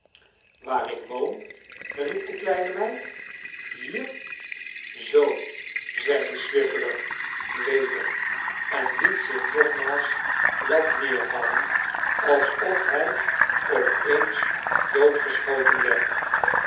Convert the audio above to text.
waar ikwoonl riep de kleine meid hier zoo zeide swiveller weder en liet zich nogmaals plat neervallen alsof hij op eens doodgeschoten werd